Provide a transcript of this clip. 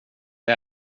det